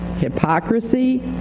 Hypocrisy